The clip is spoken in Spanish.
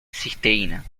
cisteína